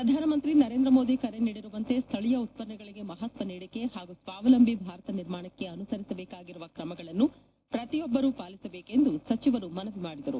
ಪ್ರಧಾನಮಂತ್ರಿ ನರೇಂದ್ರ ಮೋದಿ ಕರೆ ನೀಡಿರುವಂತೆ ಸ್ವಳೀಯ ಉತ್ವನ್ನಗಳಿಗೆ ಮಹತ್ವ ನೀಡಿಕೆ ಹಾಗೂ ಸ್ವಾವಲಂಬಿ ಭಾರತ ನಿರ್ಮಾಣಕ್ಕೆ ಅನುಸರಿಸಬೇಕಾಗಿರುವ ತ್ರಮಗಳನ್ನು ಪ್ರತಿಯೊಬ್ಬರೂ ಪಾಲಿಸಬೇಕು ಎಂದು ಸಚಿವರು ಮನವಿ ಮಾಡಿದರು